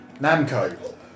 Namco